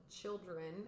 children